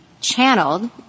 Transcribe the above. channeled